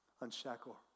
Unshackle